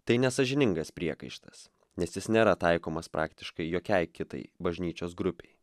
tai nesąžiningas priekaištas nes jis nėra taikomas praktiškai jokiai kitai bažnyčios grupei